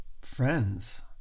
friends